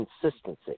consistency